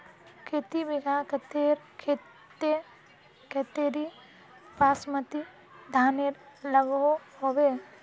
खेती बिगहा खेतेर केते कतेरी बासमती धानेर लागोहो होबे?